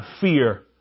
fear